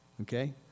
okay